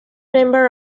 member